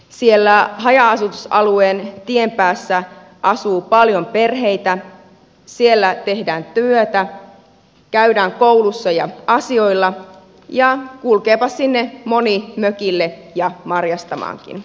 siellä haja asutusalueen tien päässä asuu paljon perheitä siellä tehdään työtä käydään koulussa ja asioilla ja kulkeepa sinne moni mökille ja marjastamaankin